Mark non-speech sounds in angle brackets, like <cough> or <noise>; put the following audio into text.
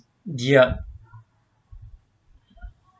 <breath> ya